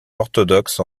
orthodoxe